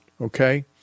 Okay